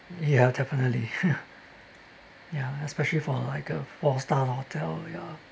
ya definitely yeah especially for like a four star hotel ya